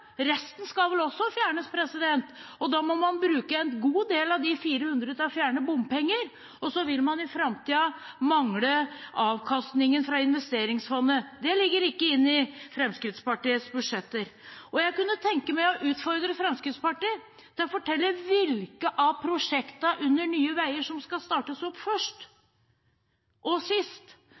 Resten skal vel også fjernes, og da må man bruke en god del av de 400 milliardene til å fjerne bompenger, og så vil man i framtiden mangle avkastningen fra investeringsfondet. Det ligger ikke inne i Fremskrittspartiets budsjetter. Jeg kunne tenke meg å utfordre Fremskrittspartiet til å fortelle hvilke av prosjektene under Nye Veier som skal startes opp først og sist.